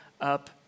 up